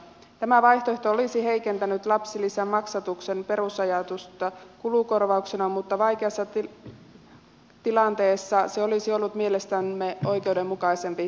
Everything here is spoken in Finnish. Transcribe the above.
tämä vaihtoehto olisi heikentänyt lapsilisän maksatuksen perusajatusta kulukorvauksena mutta vaikeassa tilanteessa se olisi ollut mielestämme oikeudenmukaisempi vaihtoehto